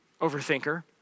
overthinker